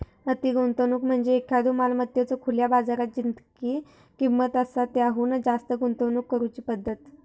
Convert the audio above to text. अति गुंतवणूक म्हणजे एखाद्यो मालमत्तेत खुल्यो बाजारात जितकी किंमत आसा त्याहुन जास्त गुंतवणूक करुची पद्धत